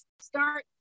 start